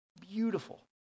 Beautiful